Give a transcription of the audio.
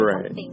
Right